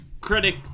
critic